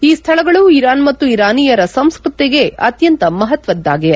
ಈ ಸ್ಥಳಗಳು ಇರಾನ್ ಮತ್ತು ಇರಾನಿಯರ ಸಂಸ್ಕೃತಿಗೆ ಅತ್ಯಂತ ಮಹತ್ವದ್ದಾಗಿದೆ